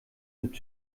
mit